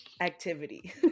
activity